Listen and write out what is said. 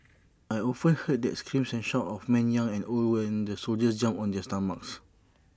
I often heard the screams and shouts of men young and old when the soldiers jumped on their stomachs